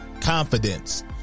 confidence